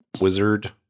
wizard